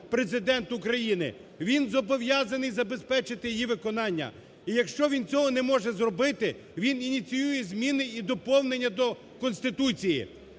Президент України. Він зобов'язаний забезпечити її виконання. І якщо він цього не може зробити, він ініціює зміни і доповнення до Конституції.